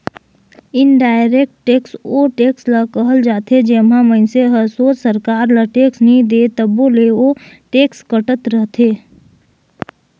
indirect tax ओ tax ल कहल जाथे जेम्हां मइनसे हर सोझ सरकार ल टेक्स नी दे तबो ले ओ टेक्स कटत रहथे